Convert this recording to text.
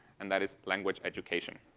and that is language education.